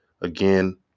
again